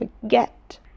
forget